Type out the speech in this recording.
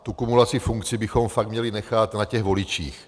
Tu kumulaci funkcí bychom fakt měli nechat na těch voličích.